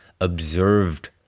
observed